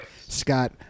Scott